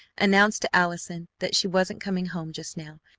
announced to allison that she wasn't coming home just now,